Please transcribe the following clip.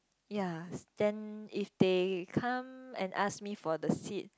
ya then if they come and ask me for the seat